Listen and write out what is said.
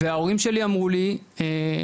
וההורים שלי אמרו לי אדמה,